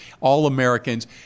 All-Americans